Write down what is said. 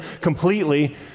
completely